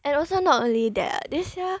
and also not only that this year